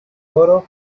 oro